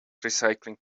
recycling